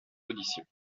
audition